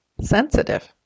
sensitive